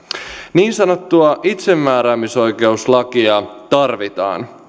niin sanottua itsemääräämisoikeuslakia tarvitaan